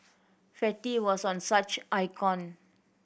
fatty was one such icon